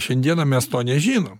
šiandieną mes to nežinom